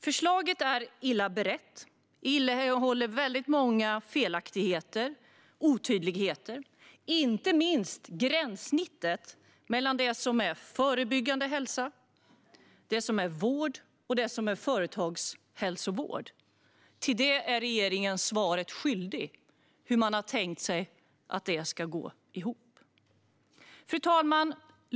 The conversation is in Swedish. Förslaget är illa berett och innehåller väldigt många felaktigheter och otydligheter, inte minst i gränslandet mellan det som är förebyggande hälsa, det som är vård och det som är företagshälsovård. När det gäller hur man har tänkt sig att detta ska gå ihop är regeringen svaret skyldig. Fru talman!